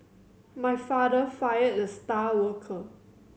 my father fired the star worker